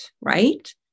right